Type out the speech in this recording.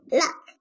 look